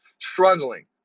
struggling